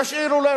תשאירו לנו.